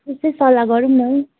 त्यस्तै सल्लाह गरौँ न है